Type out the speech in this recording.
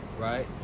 right